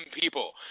people